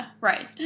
right